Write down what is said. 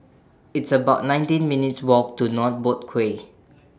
It's about nineteen minutes' Walk to North Boat Quay